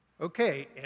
Okay